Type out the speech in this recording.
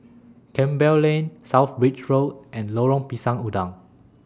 Campbell Lane South Bridge Road and Lorong Pisang Udang